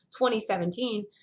2017